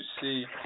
see